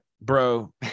bro